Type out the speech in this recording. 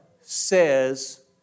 says